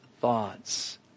thoughts